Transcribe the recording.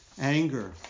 anger